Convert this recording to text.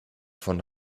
von